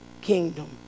kingdom